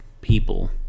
people